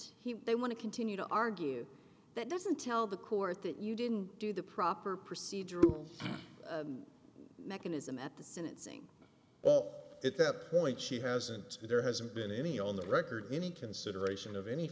they want to continue to argue that doesn't tell the court that you didn't do the proper procedural mechanism at the sentencing all at that point she hasn't there hasn't been any on the record any consideration of any